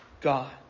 God